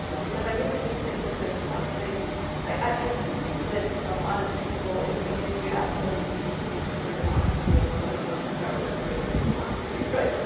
ah because i really do think that there's something i i do think that a lot of people if i mean if you ask them would you prefer democracy over other forms of government, they're going to say democracy, right?